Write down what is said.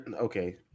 okay